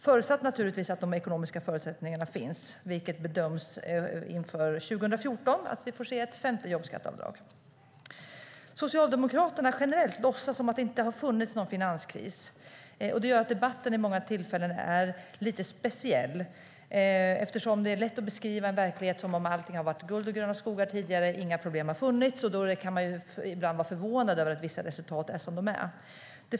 Det är naturligtvis förutsatt att de ekonomiska förutsättningarna finns, vilket inför 2014 bedöms innebära att vi får se ett femte jobbskatteavdrag. Socialdemokraterna låtsas generellt som att det inte har funnits någon finanskris. Det gör att debatten vid många tillfällen är lite speciell, eftersom det är lätt att beskriva en verklighet som om allting tidigare hade varit guld och gröna skogar och inga problem har funnits. Då kan man ibland vara förvånad över att vissa resultat är som de är.